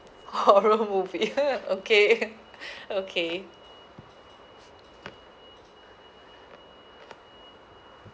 horror movie okay okay